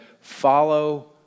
follow